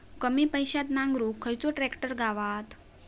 कमी पैशात नांगरुक खयचो ट्रॅक्टर गावात?